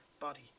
body